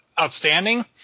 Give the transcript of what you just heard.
outstanding